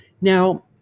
Now